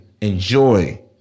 enjoy